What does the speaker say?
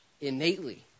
innately